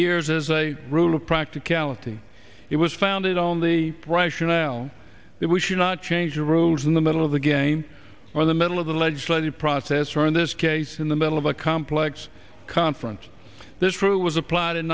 years as a rule of practicality it was founded on the rationale that we should not change the rules in the middle of the game or the middle of the legislative process or in this case in the middle of a complex conference this rules appl